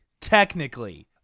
technically